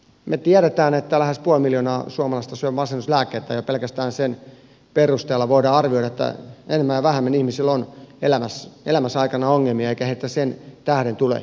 me tiedämme että lähes puoli miljoonaa suomalaista syö masennuslääkkeitä ja jo pelkästään sen perusteella voidaan arvioida että enemmän ja vähemmän ihmisillä on elämänsä aikana ongelmia eikä heitä sen tähden tule leimata